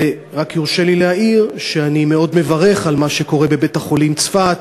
ורק יורשה לי להעיר שאני מאוד מברך על מה שקורה בבית-החולים צפת,